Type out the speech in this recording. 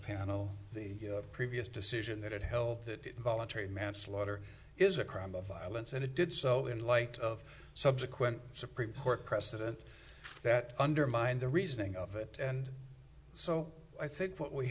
panel the previous decision that it held that voluntary manslaughter is a crime of violence and it did so in light of subsequent supreme court precedent that undermined the reasoning of it and so i think what we